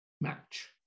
match